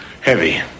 heavy